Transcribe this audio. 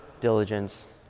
diligence